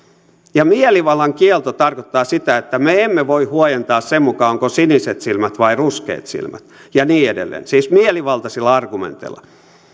mielivallan kielto tarkoittaa sitä että me emme voi huojentaa sen mukaan onko siniset silmät vai ruskeat silmät ja niin edelleen siis mielivaltaisilla argumenteilla